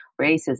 racism